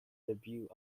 debut